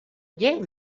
gave